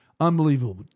Unbelievable